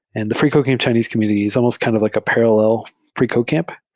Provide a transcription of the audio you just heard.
and the freecodecamp chinese community is almost kind of like a parallel freecodecamp.